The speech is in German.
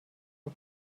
den